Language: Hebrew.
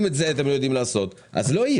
אם את זה אתם לא יודעים לעשות, לא יהיה.